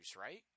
right